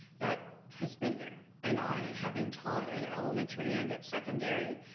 that has been there. and i, having taught at elementary and at secondary,